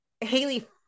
Haley